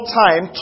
time